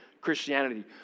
Christianity